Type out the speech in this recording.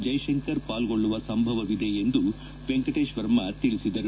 ಜೈ ಶಂಕರ್ ಪಾಲ್ಗೊಳ್ಳುವ ಸಂಭವವಿದೆ ಎಂದು ವೆಂಕಟೇಶ್ ವರ್ಮ ತಿಳಿಸಿದ್ದಾರೆ